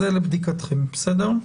זה לבדיקתכם, בסדר?